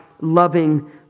loving